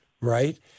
right